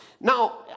Now